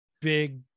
Big